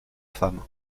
femmes